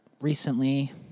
recently